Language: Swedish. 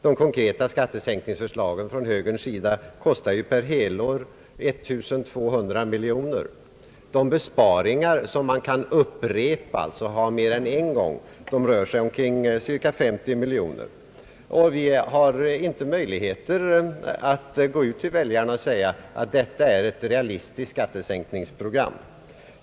De konkreta skattesänkningsförslagen från högern kostar per helår 1200 miljoner, och de besparingar som man kan upprepa, alltså göra mer än en gång, rör sig om cirka 50 miljoner. Vi har inte möjligheter att gå ut till väljarna och säga att detta är ett realistiskt skattesänkningsprogram.